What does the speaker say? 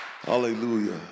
Hallelujah